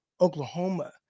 Oklahoma